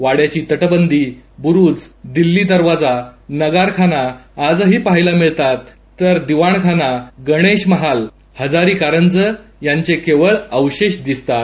वाङ्याची तटबंदी बुरुज दिल्ली दरवाजा नगारखाना आजही पाहायला मिळतात तर दिवाणखाना गणेश महाल हजारी कारंजं यांचे केवळ अवशेष दिसतात